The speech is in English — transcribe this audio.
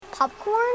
Popcorn